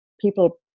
people